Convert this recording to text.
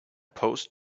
post